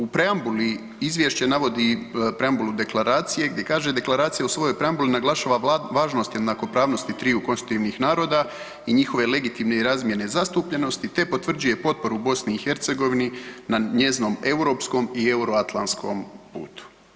U preambuli izvješće navodi preambulu deklaracije gdje kaže deklaracija u svojoj preambuli naglašava važnost i jednakopravnost triju konstitutivnih naroda i njihove legitimne i razmjerne zastupljenosti, te potvrđuje potporu BiH na njezinom europskom i Euroatlantskom putu.